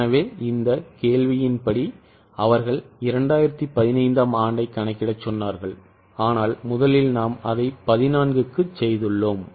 எனவே இந்த கேள்வியின் படி அவர்கள் 2015 ஆம் ஆண்டைக் கணக்கிடச் சொன்னார்கள் ஆனால் முதலில் நாம் அதை14க்குச் செய்துள்ளோம்